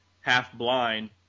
half-blind